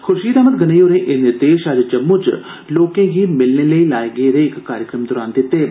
खुर्शीद अहमद गनेई होरें एह् निर्देश अज्ज जम्मू च लोकें गी मिलने लेई लाए दे इक कार्यक्रम दौरान दिते गे